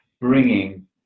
bringing